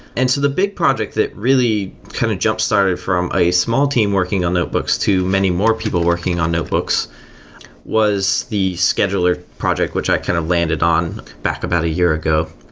and the big project that really kind of jumpstarted from a small team working on notebooks to many more people working on notebooks was the scheduler project, which i kind of landed on back about a year ago,